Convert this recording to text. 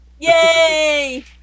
Yay